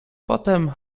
potem